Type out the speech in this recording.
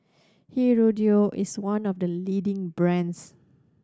Hirudoid is one of the leading brands